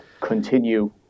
continue